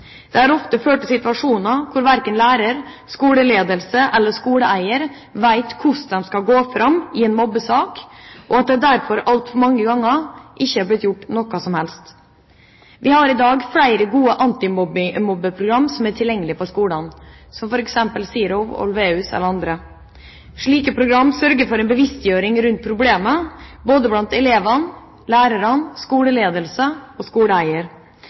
Det har ofte ført til situasjoner hvor verken lærer, skoleledelse eller skoleeier vet hvordan de skal gå fram i en mobbesak, og at det derfor altfor mange ganger ikke er blitt gjort noe som helst. Det finnes i dag flere gode antimobbeprogrammer tilgjengelige på skolene, f.eks. Zero, Olweus o.a. Slike programmer sørger for en bevisstgjøring rundt problemet, både hos elever, lærere, skoleledelse og skoleeier.